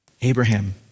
Abraham